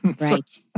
Right